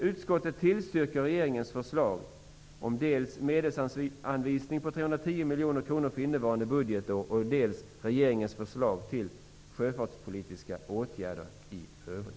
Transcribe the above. Utskottet tillstyrker regeringens förslag om dels medelsanvisning på 310 miljoner kronor för innevarande budgetår, dels regeringens förslag till sjöfartspolitiska åtgärder i övrigt.